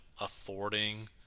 affording